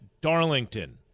Darlington